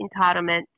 entitlement